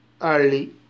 early